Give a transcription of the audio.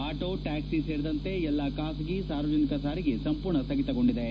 auto ಟ್ಕಾಕ್ಲಿ ಸೇರಿದಂತೆ ಎಲ್ಲಾ ಖಾಸಗಿ ಸಾರ್ವಜನಿಕ ಸಾರಿಗೆ ಸಂಪೂರ್ಣ ಸ್ವಗಿತಗೊಂಡಿವೆ